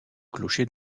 clocher